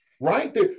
Right